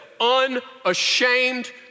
unashamed